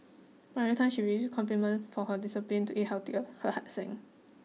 but every time she received compliments for her discipline to eat healthily her heart sank